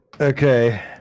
okay